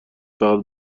فقط